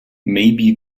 maybe